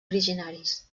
originaris